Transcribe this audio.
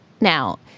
Now